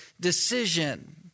decision